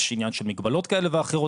יש עניין של מגבלות כאלה ואחרות.